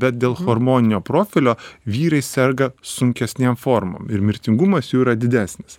bet dėl chormoninio profilio vyrai serga sunkesnėm formom ir mirtingumas jų yra didesnis